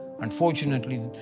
Unfortunately